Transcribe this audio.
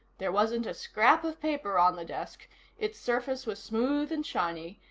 there wasn't a scrap of paper on the desk its surface was smooth and shiny,